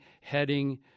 heading